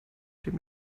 dem